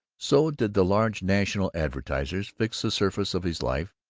so did the large national advertisers fix the surface of his life,